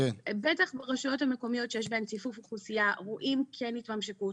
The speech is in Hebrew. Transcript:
בטח רשויות מקומיות שיש בהן ציפוף אוכלוסייה רואים כן התממשקות,